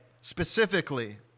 Specifically